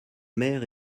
maires